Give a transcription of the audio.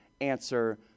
answer